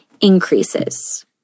increases